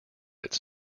its